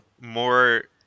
More